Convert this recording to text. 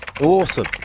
Awesome